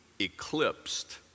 eclipsed